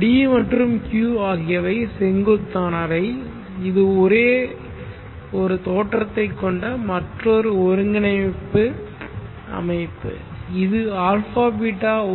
d மற்றும் q ஆகியவை செங்குத்தான வை இது ஒரே தோற்றத்தைக் கொண்ட மற்றொரு ஒருங்கிணைப்பு அமைப்பு இது α β